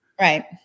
Right